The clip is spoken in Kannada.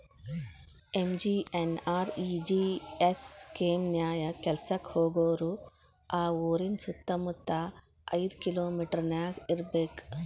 ಎಂ.ಜಿ.ಎನ್.ಆರ್.ಇ.ಜಿ.ಎಸ್ ಸ್ಕೇಮ್ ನ್ಯಾಯ ಕೆಲ್ಸಕ್ಕ ಹೋಗೋರು ಆ ಊರಿನ ಸುತ್ತಮುತ್ತ ಐದ್ ಕಿಲೋಮಿಟರನ್ಯಾಗ ಇರ್ಬೆಕ್